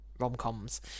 rom-coms